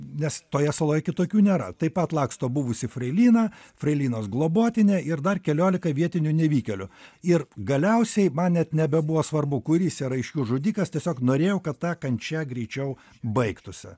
nes toje saloje kitokių nėra taip pat laksto buvusi freilina freilinos globotinė ir dar keliolika vietinių nevykėlių ir galiausiai man net nebebuvo svarbu kuris yra iš jų žudikas tiesiog norėjau kad ta kančia greičiau baigtųsi